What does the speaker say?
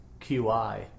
QI